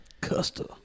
custard